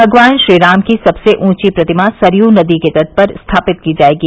भगवान श्रीराम की सबसे ऊँची प्रतिमा सरयू नदी के तट पर स्थापित की जायेगी